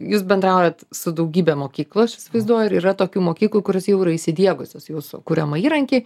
jūs bendraujat su daugybe mokyklų aš įsivaizduoju ir yra tokių mokyklų kurios jau yra įsidiegusios jūsų kuriamą įrankį